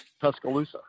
Tuscaloosa